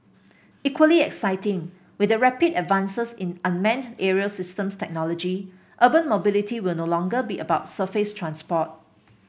equally exciting with the rapid advances in unmanned aerial systems technology urban mobility will no longer be about surface transport